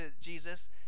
Jesus